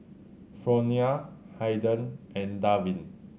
Fronia Haiden and Davin